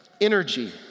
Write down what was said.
energy